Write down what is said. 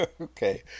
Okay